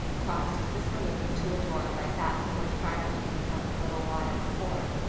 crossed the saloon to a door like that from which barnaby had come a little while before.